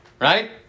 Right